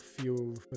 fuel